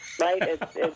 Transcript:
Right